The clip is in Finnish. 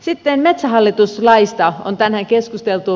sitten metsähallitus laista on tänään keskusteltu